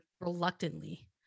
reluctantly